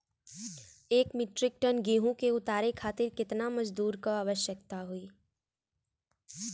एक metric ton गेहूँ के उतारे खातीर कितना मजदूर क आवश्यकता होई?